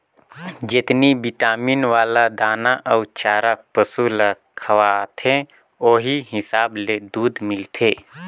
जेतनी बिटामिन वाला दाना अउ चारा पसु ल खवाथे ओहि हिसाब ले दूद मिलथे